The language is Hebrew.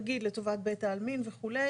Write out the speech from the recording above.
נגיד לטובת בית העלמין וכו'.